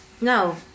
No